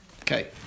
Okay